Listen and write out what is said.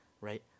Right